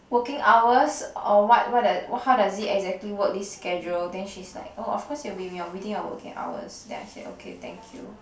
working hours or what what how does it exactly work this schedule then she's like oh of course you'll be wi~ working within your working hours then I say okay thank you